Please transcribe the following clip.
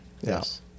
yes